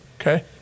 Okay